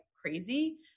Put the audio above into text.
crazy